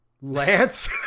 Lance